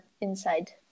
inside